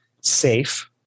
safe